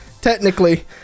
Technically